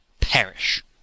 perish